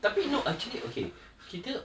tapi no actually okay kita